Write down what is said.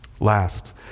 Last